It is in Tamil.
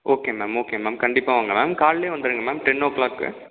ஓகே மேம் ஓகே மேம் கண்டிப்பாக வாங்க மேம் காலைலையே வந்துடுங்க மேம் டென் ஓ க்ளாக்கு